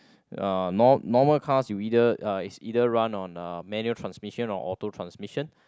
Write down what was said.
ya nor~ normal cars you either uh is either run on uh manual transmission or auto transmission